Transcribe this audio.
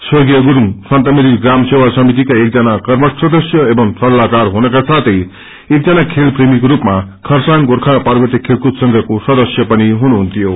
स्वर्गीय गुस्छ सन्तमेरिज प्राम सेवा समितिका एक जना कर्मठ सदस्य एव सल्लाहकार हुनकासाथै एक जना खेल प्रेमीको रूपमा खरसाङ गोर्खा पार्वत्प खेलकूद संघको सदस्य पनि हुनहुन्थ्यो